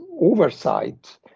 oversight